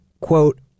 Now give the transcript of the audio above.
quote